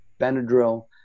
Benadryl